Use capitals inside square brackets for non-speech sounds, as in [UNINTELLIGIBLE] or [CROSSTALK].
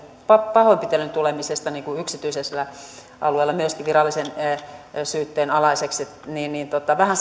pahoinpitelyn tulemisesta myöskin yksityisellä alueella virallisen syytteen alaiseksi vähän [UNINTELLIGIBLE]